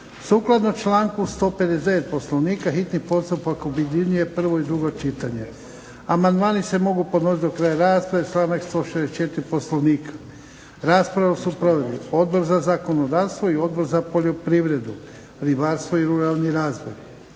Sukladno članku 159. poslovnika hitni postupak objedinjuje prvo i drugo čitanje. Amandmani se mogu podnositi do kraja rasprave, članak 164. Poslovnika. Raspravu su proveli Odbor za zakonodavstvo i Odbor za poljoprivredu, ribarstvo i ruralni razvoj.